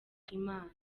imana